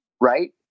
right